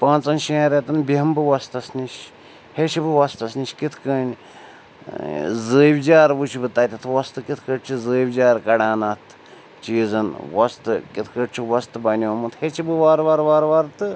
پانٛژَن شٮ۪ن رٮ۪تَن بیٚہمہٕ بہٕ وۄستَس نِش ہیٚچھِ بہٕ وۄستَس نِش کِتھ کَنۍ زٲوِجار وٕچھٕ بہٕ تَتٮ۪تھ وۄستہٕ کِتھ کٲٹھۍ چھِ زٲوِجار کَڑان اَتھ چیٖزَن وۄستہٕ کِتھ کٲٹھۍ چھِ وۄستہٕ بَنیومُت ہیٚچھٕ بہٕ وارٕ وارٕ وارٕ وارٕ تہٕ